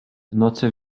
nocy